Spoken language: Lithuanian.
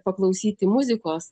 paklausyti muzikos